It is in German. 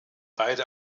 beide